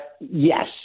Yes